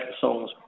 songs